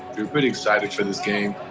we were pretty excited for this game,